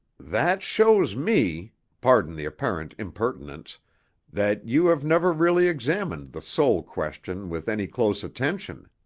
that shows me pardon the apparent impertinence that you have never really examined the soul question with any close attention.